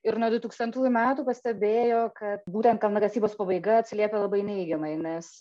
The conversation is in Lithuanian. ir nuo du tūkstantųjų metų pastebėjo kad būtent kalnakasybos pabaiga atsiliepė labai neigiamai nes